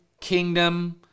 kingdom